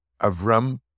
Avram